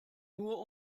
nur